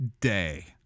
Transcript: day